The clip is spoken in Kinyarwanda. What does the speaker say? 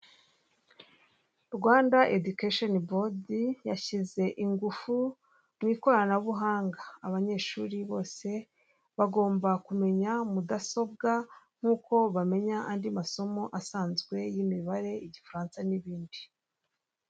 Rwanda edikesheni bodi yashyize ingufu mu ikoranabuhanga. Abanyeshuri bose bagomba kumenya mudasobwa nkuko bamenya andi masomo asanzwe y'imibare igifaransa n'ibindi.